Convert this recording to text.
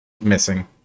missing